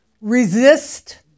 resist